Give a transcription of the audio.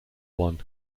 one